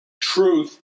Truth